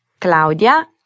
Claudia